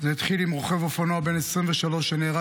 זה התחיל עם רוכב אופנוע בן 23 שנהרג